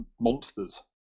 monsters